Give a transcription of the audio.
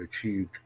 achieved